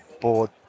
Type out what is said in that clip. board